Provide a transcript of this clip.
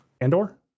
Andor